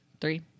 three